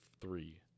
three